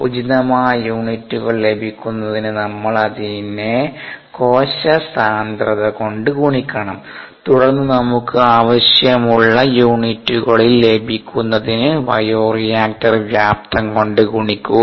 ഉചിതമായ യൂണിറ്റുകൾ ലഭിക്കുന്നതിന് നമ്മൾ അതിനെ കോശ സാന്ദ്രത കൊണ്ട് ഗുണിക്കണം തുടർന്ന് നമുക്ക് ആവശ്യമുള്ള യൂണിറ്റുകളിൽ ലഭിക്കുന്നതിന് ബയോ റിയാക്ടർ വ്യാപ്തം കൊണ്ട് ഗുണിക്കുക